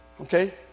Okay